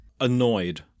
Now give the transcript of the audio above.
Annoyed